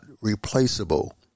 replaceable